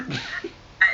ya